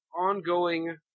ongoing